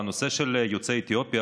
בנושא של יוצאי אתיופיה,